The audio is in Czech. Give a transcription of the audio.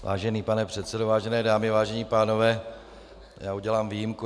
Vážený pane předsedo, vážené dámy, vážení pánové, udělám výjimku.